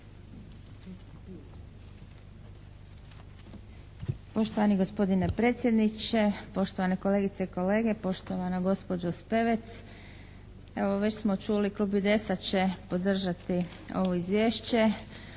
Poštovani gospodine predsjedniče, poštovane kolegice i kolege, poštovana gospođo Spevec. Evo već smo čuli klub IDS-a će podržati ovo izvješće.